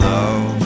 love